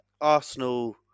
Arsenal